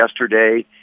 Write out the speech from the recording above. yesterday